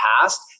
past